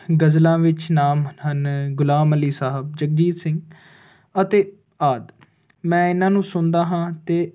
ਗਜ਼ਲਾਂ ਵਿੱਚ ਨਾਮ ਹਨ ਗੁਲਾਮ ਅਲੀ ਸਾਹਿਬ ਜਗਜੀਤ ਸਿੰਘ ਅਤੇ ਆਦ ਮੈਂ ਇਹਨਾਂ ਨੂੰ ਸੁਣਦਾ ਹਾਂ ਤੇ